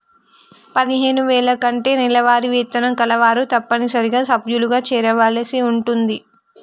పదిహేను వేల కంటే నెలవారీ వేతనం కలవారు తప్పనిసరిగా సభ్యులుగా చేరవలసి ఉంటుంది